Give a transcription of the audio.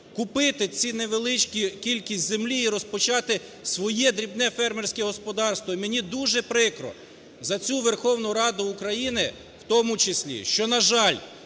купити цю невеличку кількість землі і розпочати своє дрібне фермерське господарство. І мені дуже прикро за цю Верховну Раду України, в тому числі, що, на жаль,